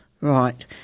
Right